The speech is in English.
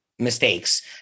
mistakes